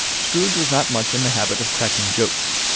scrooge was not much in the habit of cracking jokes,